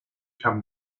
come